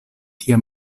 tia